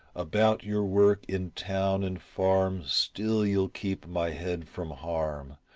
about your work in town and farm still you'll keep my head from harm,